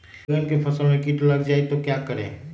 बैंगन की फसल में कीट लग जाए तो क्या करें?